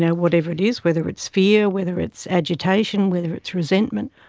yeah whatever it is, whether it's fear, whether it's agitation, whether it's resentment,